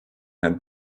had